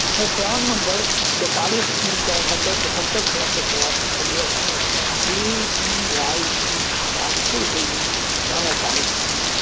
हम प्राण नम्बर तैंतालिस तीन सए उनहत्तरि सतहत्तरि पाँच सए चौरासी पन्द्रह सङ्ग अपन ए पी वाइ ई खाताक कुल होल्डिङ्ग जानय चाहैत छी